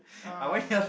um